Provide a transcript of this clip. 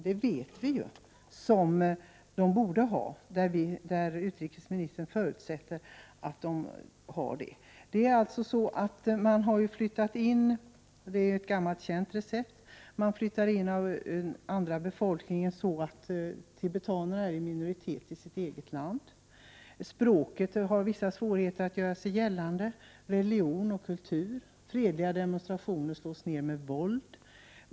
Men vi vet ju att Kina inte har den respekt som man borde ha för Tibets autonomi. Man har flyttat in annan befolkning i Tibet — det är ett gammalt känt recept —-så att tibetanerna är i minoritet i sitt eget land. Språket har vissa svårigheter att göra sig gällande, likaså religion och kultur. Fredliga demonstrationer slås ned med våld.